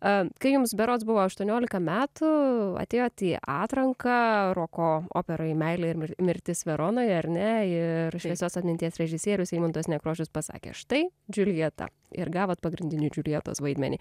kai jums berods buvo aštuoniolika metų atėjot į atranką roko operoj meilė ir mirtis veronoje ar ne ir šviesios atminties režisierius eimuntas nekrošius pasakė štai džiuljeta ir gavot pagrindinį džiuljetos vaidmenį